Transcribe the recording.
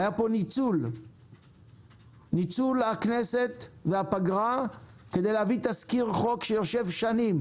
היה פה ניצול הכנסת והפגרה כדי להביא תזכיר חוק שיושב שנים